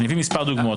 אביא מספר דוגמאות.